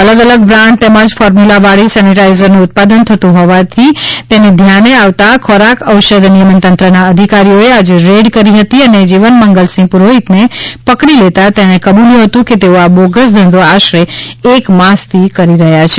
અલગ અલગ બ્રાન્ડ તેમજ ફોર્મ્યુલાવાળી સેનિટાઇઝરનું ઉત્પાદન થતું હોવાનું ધ્યાને ખોરાક ઔષધ નિયમન તંત્રના અધિકારીઓએ આજે રેડ કરી હતી અને જીવન મંગલસિંહ પુરોહિત ને પકડી લેતા તેને કબલ્યુ હતું કે તેઓ આ બોગસ ધંધો આશરે એક માસથી કરે છે